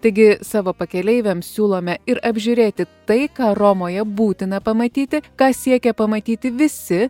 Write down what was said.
taigi savo pakeleiviams siūlome ir apžiūrėti tai ką romoje būtina pamatyti ką siekia pamatyti visi